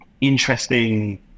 interesting